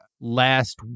Last